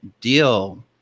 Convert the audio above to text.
deal